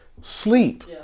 sleep